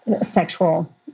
sexual